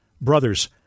Brothers